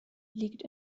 liegt